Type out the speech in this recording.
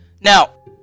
Now